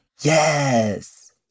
Yes